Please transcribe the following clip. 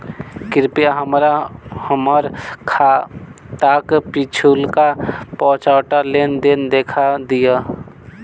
कृपया हमरा हम्मर खाताक पिछुलका पाँचटा लेन देन देखा दियऽ